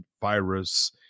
virus